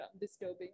disturbing